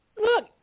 Look